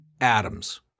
Adams